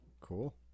cool